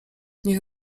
niech